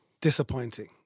disappointing